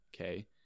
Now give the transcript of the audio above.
Okay